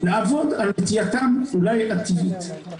ולעבוד על נטייתם הטבעית.